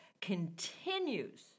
continues